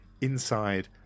inside